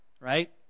right